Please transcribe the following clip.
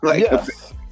yes